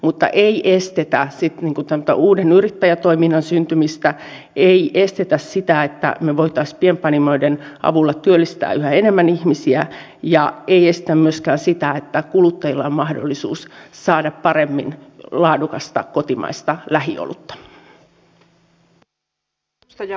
mutta ei estetä tämmöistä uuden yrittäjätoiminnan syntymistä ei estetä sitä että me voisimme pienpanimoiden avulla työllistää yhä enemmän ihmisiä ja ei estetä myöskään sitä että kuluttajilla on paremmin mahdollisuus saada laadukasta kotimaista lähiolutta